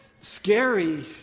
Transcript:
scary